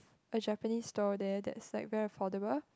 a Japanese store there that's very affordable